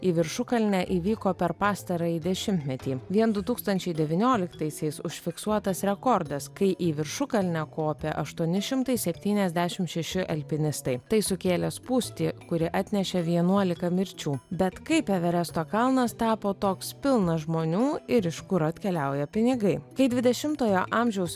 į viršukalnę įvyko per pastarąjį dešimtmetį vien du tūkstančiai devynioliktaisiais užfiksuotas rekordas kai į viršukalnę kopė aštuoni šimtai septyniasdešimt šeši alpinistai tai sukėlė spūstį kuri atnešė vienuolika mirčių bet kaip everesto kalnas tapo toks pilnas žmonių ir iš kur atkeliauja pinigai kai dvidešimtojo amžiaus